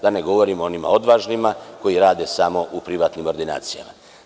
Da ne govorim o onima odvažnima, koji rade samo u privatnim ordinacijama.